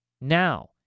Now